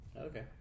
Okay